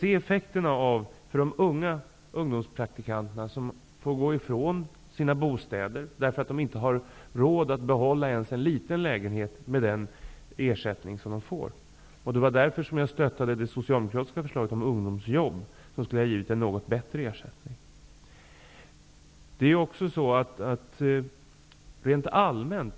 Effekterna blir dock att de unga ungdomspraktikanterna får gå ifrån sina bostäder, eftersom de inte har råd att behålla ens en liten lägenhet med den ersättning de får. Därför stödde jag det socialdemokratiska förslaget om ungdomsjobb, som skulle ha givit en något bättre ersättning.